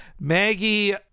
Maggie